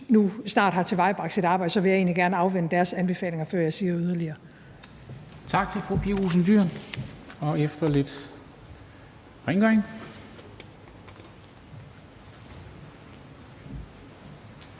snart har tilendebragt sit arbejde, vil jeg egentlig gerne afvente deres anbefalinger, før jeg siger yderligere.